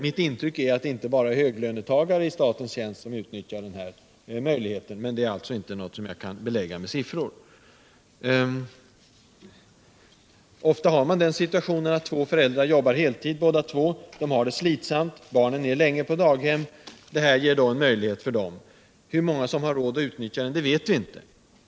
Mitt intryck är att det inte bara är höglönetagare I statens tjänst som utnyttjar den här möjligheten, men det är alltså inte någonting som jag kan belägga med siffror. Ofta föreligger den situationen. att båda föräldrarna jobbar heltid. De har det slitsamt, och barnen är länge på daghem, Den här reformen ger en möjlighet för dessa föräldrar att ta deltidsarbete. Hur många som kommer att utnyttja den vet vi inte.